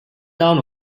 down